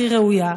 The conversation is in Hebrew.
הכי ראויה,